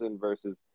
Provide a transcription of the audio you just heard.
versus